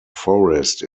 forest